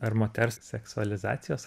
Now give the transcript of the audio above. ar moters seksualizacijos